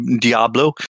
Diablo